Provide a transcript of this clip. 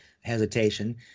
hesitation